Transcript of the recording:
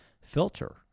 filter